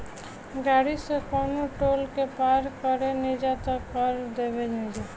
गाड़ी से कवनो टोल के पार करेनिजा त कर देबेनिजा